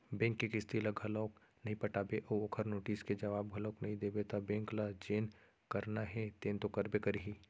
bank के किस्ती ल घलोक नइ पटाबे अउ ओखर नोटिस के जवाब घलोक नइ देबे त बेंक ल जेन करना हे तेन तो करबे करही